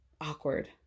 awkward